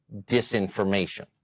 disinformation